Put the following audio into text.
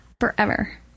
forever